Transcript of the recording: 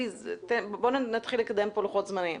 בוא נתחיל לקדם פה לוחות זמנים.